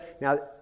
Now